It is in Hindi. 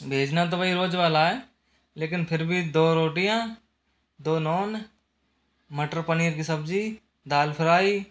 भेजना तो वही रोज वाला है लेकिन फिर भी दो रोटियाँ दो नॉन मटर पनीर की सब्जी दाल फ्राई